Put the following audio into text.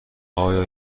آیا